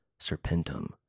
Serpentum